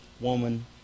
woman